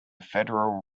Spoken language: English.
federal